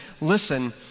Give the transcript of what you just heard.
listen